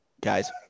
guys